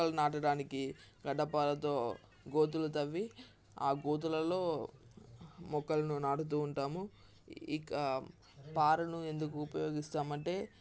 మొక్కలు నాటడానికి గడ్డపారతో గోతులు తవ్వి ఆ గోతులలో మొక్కలను నాటుతూ ఉంటాము ఇంకా పారను ఎందుకు ఉపయోగిస్తాము అంటే